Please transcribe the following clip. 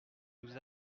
nous